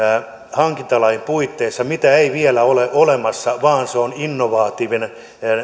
hankintalain puitteissa jotain sellaista mitä ei vielä ole olemassa vaan se on innovatiivinen